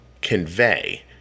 convey